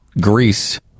Greece